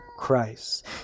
Christ